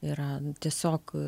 yra tiesiog